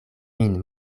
min